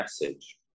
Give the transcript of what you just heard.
message